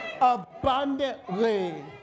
abundantly